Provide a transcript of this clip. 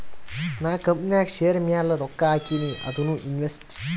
ನಾ ಕಂಪನಿನಾಗ್ ಶೇರ್ ಮ್ಯಾಲ ರೊಕ್ಕಾ ಹಾಕಿನಿ ಅದುನೂ ಇನ್ವೆಸ್ಟಿಂಗ್ ಅಂತಾರ್